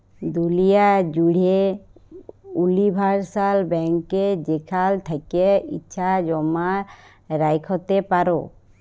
দুলিয়া জ্যুড়ে উলিভারসাল ব্যাংকে যেখাল থ্যাকে ইছা জমা রাইখতে পারো